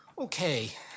Okay